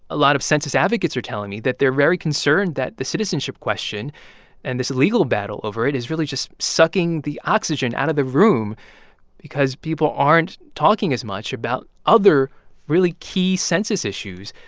a lot of census advocates are telling me that they're very concerned that the citizenship question and this legal battle over it is really just sucking the oxygen out of the room because people aren't talking as much about other really key census issues,